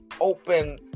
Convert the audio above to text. open